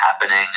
happening